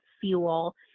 fuel